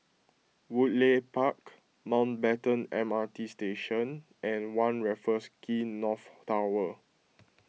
Woodleigh Park Mountbatten M R T Station and one Raffles Quay North Tower